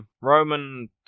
Roman